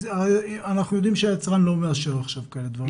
אנחנו יודעים שהיצרן לא מאשר עכשיו כאלה דברים,